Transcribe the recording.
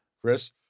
Chris